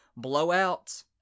blowouts